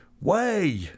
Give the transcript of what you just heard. Way